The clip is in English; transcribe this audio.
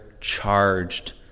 charged